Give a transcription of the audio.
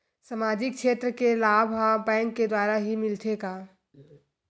सामाजिक क्षेत्र के लाभ हा बैंक के द्वारा ही मिलथे का?